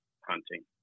hunting